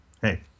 hey